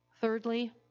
Thirdly